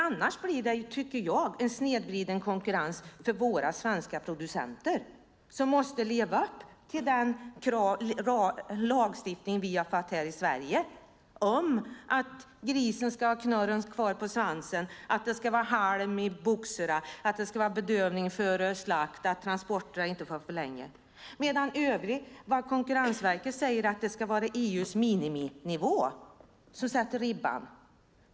Annars blir det en snedvriden konkurrens för våra svenska producenter, som måste leva upp till lagstiftningen i Sverige om knorr på grisens svans, halm i boxarna, bedövning före slakt och inte för långa transporttider. Konkurrensverket säger att EU:s miniminivå sätter ribban.